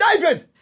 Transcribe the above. David